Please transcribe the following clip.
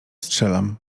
strzelam